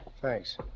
Thanks